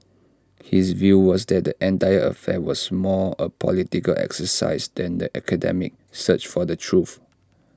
his view was that the entire affair was more A political exercise than an academic search for the truth